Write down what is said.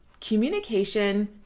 communication